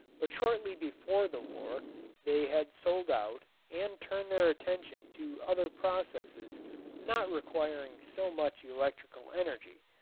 but shortly before the war they had sold out and turned their attention to other processes not requiring so much electrical energy,